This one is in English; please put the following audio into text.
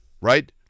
right